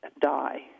die